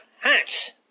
Hat